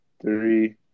Three